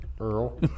Earl